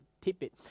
tidbit